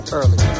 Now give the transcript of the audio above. early